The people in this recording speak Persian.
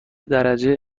درجه